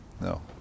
No